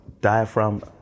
diaphragm